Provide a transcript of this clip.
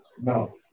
no